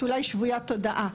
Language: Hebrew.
את אולי שבויית תודעה.